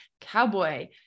Cowboy